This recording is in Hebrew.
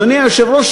אדוני היושב-ראש,